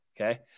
okay